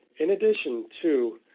in addition to